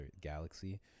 galaxy